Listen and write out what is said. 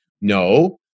no